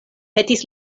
petis